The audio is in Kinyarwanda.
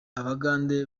abagande